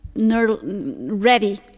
ready